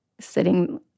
sitting